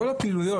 כל הפעילויות,